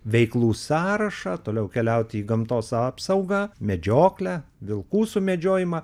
veiklų sąrašą toliau keliauti į gamtos apsaugą medžioklę vilkų sumedžiojimą